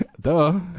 Duh